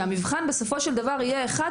שהמבחן בסופו של דבר יהיה אחד,